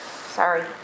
Sorry